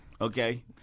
Okay